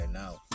now